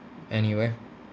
anywhere